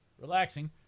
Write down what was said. relaxing